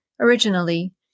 Originally